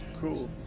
cool